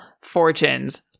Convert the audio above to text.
fortunes